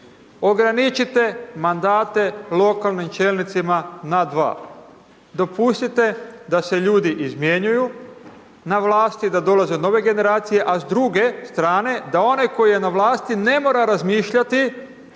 Ograničite mandate lokalnih čelnicima na 2. Dopustite da se ljudi izmjenjuju na vlasti da dolaze nove generacije, a s druge strane da onaj koji je na vlasti ne mora razmišljati